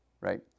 right